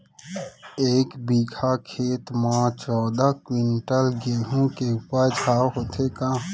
एक बीघा खेत म का चौदह क्विंटल गेहूँ के उपज ह होथे का?